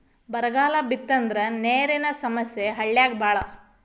ಬರಗಾಲ ಬಿತ್ತಂದ್ರ ನೇರಿನ ಸಮಸ್ಯೆ ಹಳ್ಳ್ಯಾಗ ಬಾಳ